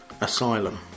asylum